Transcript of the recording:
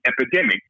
epidemic